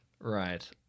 Right